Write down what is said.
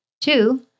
Two